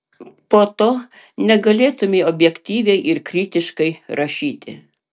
po to negalėtumei objektyviai ir kritiškai rašyti